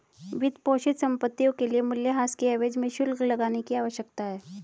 वित्तपोषित संपत्तियों के लिए मूल्यह्रास के एवज में शुल्क लगाने की आवश्यकता है